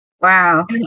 Wow